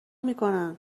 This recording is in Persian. میکنن